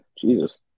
Jesus